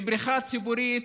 לבריכה ציבורית,